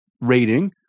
rating